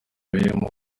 birimo